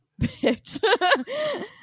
bitch